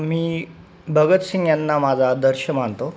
मी भगतसिंग यांना माझा आदर्श मानतो